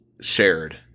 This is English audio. shared